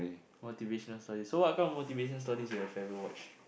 motivational stories so what kind of motivational stories you have ever watched